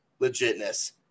Legitness